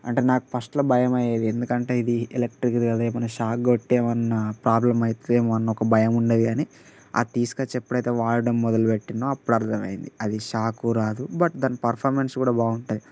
అంటే నాకు ఫస్ట్లో భయం అయ్యేది ఎందుకంటే ఇది ఎలక్ట్రిక్ది కదా ఏమన్నా షాక్ కొట్టి ఏమన్నా ప్రాబ్లమ్ అవుతుంది ఏమో అన్న ఒక భయము ఉండేది కానీ అది తీసుకొచ్చి ఎప్పుడైతే వాడడం మొదలుపెట్టినానో అప్పుడు అర్థమైంది అది షాకూ రాదు బట్ దాని పర్ఫార్మెన్స్ కూడా బాగుంటుంది